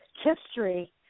history